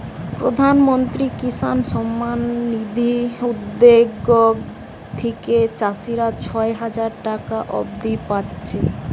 প্রধানমন্ত্রী কিষান সম্মান নিধি উদ্যগ থিকে চাষীরা ছয় হাজার টাকা অব্দি পাচ্ছে